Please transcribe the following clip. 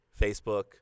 Facebook